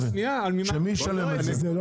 שמי ישלם את זה?